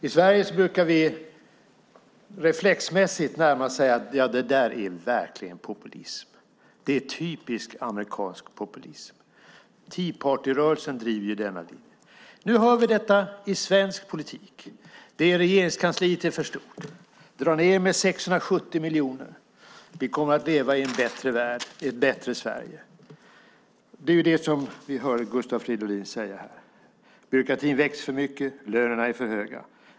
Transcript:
I Sverige brukar vi närmast reflexmässigt säga: Det där är verkligen populism. Det är typiskt amerikansk populism! Tea party-rörelsen driver denna linje. Nu hör vi detta i svensk politik. Regeringskansliet är för stort. Dra ned med 670 miljoner! Vi kommer att leva i en bättre värld och i ett bättre Sverige. Det är det vi hör Gustav Fridolin säga här. Byråkratin växer för mycket och lönerna är för höga.